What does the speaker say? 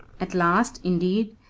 at last, indeed,